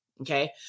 Okay